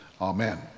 Amen